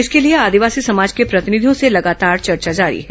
इसके लिए आदिवासी समाज के प्रतिनिधियों से लगातार चर्चा जारी है